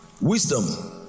wisdom